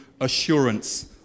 assurance